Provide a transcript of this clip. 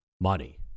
money